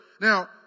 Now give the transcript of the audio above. now